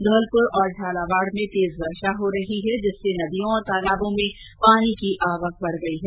धौलपुर और झालावाड़ में तेज वर्षा हो रही है जिससे नदियों और तालाबों में पानी की आवक बढ गई है